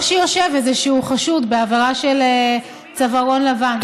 כשיושב איזשהו חשוד בעבירה של צווארון לבן.